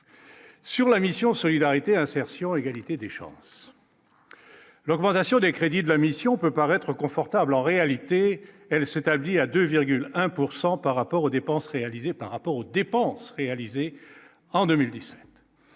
sur la mission Solidarité, insertion, égalité des chances. L'augmentation des crédits de la mission peut paraître confortable, en réalité, elle s'établit à 2 1 pourcent par rapport aux dépenses réalisées par